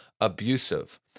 abusive